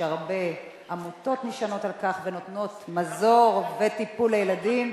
והרבה עמותות נשענות על כך ונותנות מזור וטיפול לילדים.